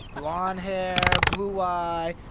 blond hair, blue eye,